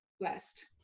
blessed